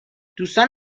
دوستان